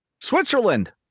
Switzerland